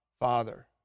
Father